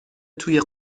توی